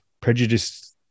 prejudice